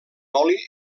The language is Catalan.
oli